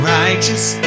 righteous